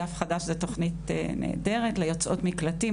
דף חדש זה תוכנית נהדרת ליוצאות מקלטים,